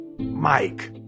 Mike